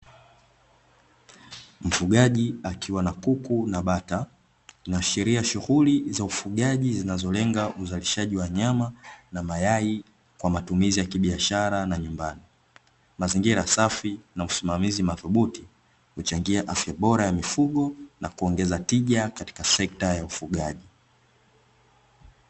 Mfugaji akiwa na kuku na bata, ikiashiria shughuli za ufugaji zinazolenga uzalishaji wa nyama na mayai kwa matumizi ya kibiashara na nyumbani. Mazingira safi na usimamizi madhubuti uchangia afya bora ya mifugo na kuongeza tija katika sekta ya ufugaji.